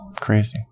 Crazy